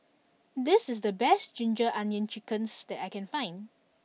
this is the best Ginger Onions Chicken that I can find